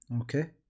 okay